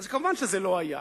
כמובן, זה לא היה.